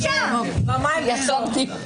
מי נמנע?